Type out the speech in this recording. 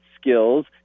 skills